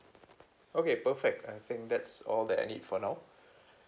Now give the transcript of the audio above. okay perfect I think that's all that I need for now